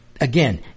Again